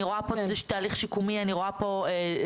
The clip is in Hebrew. אני רואה פה תהליך שיקומי, אני רואה פה יועצות.